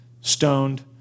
stoned